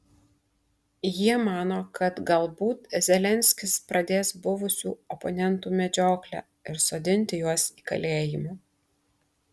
jie mano kad galbūt zelenskis pradės buvusių oponentų medžioklę ir sodinti juos į kalėjimą